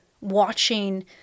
watching